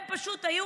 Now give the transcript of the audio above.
הם פשוט היו